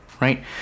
right